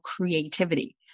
creativity